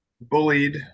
bullied